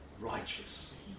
righteous